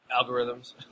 Algorithms